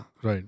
Right